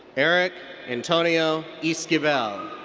erik antonio esquibel.